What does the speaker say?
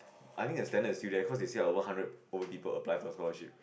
I think their standard is still there cause they say over hundred over people apply for scholarship